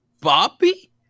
Bobby